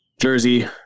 Jersey